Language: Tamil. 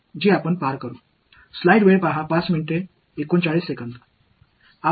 எனவே இவைதான் நாம் கடந்து வர இருக்கும் இன்டெக்ரால்ஸ்